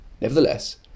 Nevertheless